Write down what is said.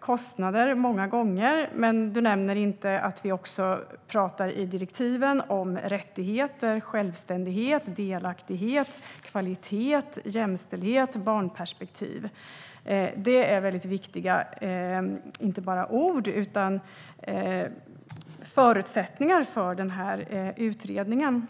kostnader, Bengt Eliasson, men du nämner inte att vi också i direktiven talar om rättigheter, självständighet, delaktighet, kvalitet, jämställdhet och barnperspektiv. Det är inte bara ord utan väldigt viktiga förutsättningar för utredningen.